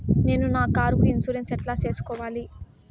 నేను నా కారుకు ఇన్సూరెన్సు ఎట్లా సేసుకోవాలి